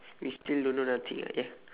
we still don't know nothing ah ya